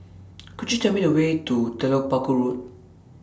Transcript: Could YOU Tell Me The Way to Telok Paku Road